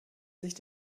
sich